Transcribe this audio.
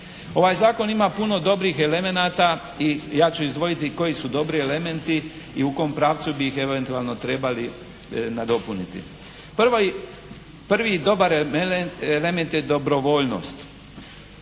Ovaj Zakon ima puno dobrih elemenata i ja ću izdvojiti koji su dobri elementi i kom pravcu bi ih eventualno treba nadopuniti. Prvi dobar element je dobrovoljnost.